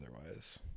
otherwise